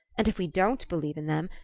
and if we don't believe in them,